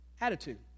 Attitude